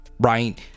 right